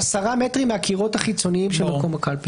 10 מטרים מהקירות החיצוניים של מקום הקלפי".